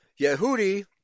Yehudi